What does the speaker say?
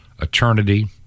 eternity